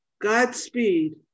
Godspeed